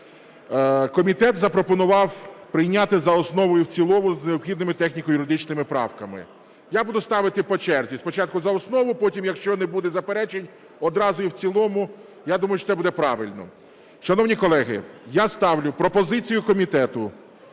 Комітет запропонував прийняти за основу і в цілому з необхідними техніко-юридичними правками. Я буду ставити по черзі, спочатку за основу, а потім, якщо не буде заперечень, одразу і в цілому. Думаю, що це буде правильно. Шановні колеги, я ставлю пропозицію комітету